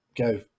go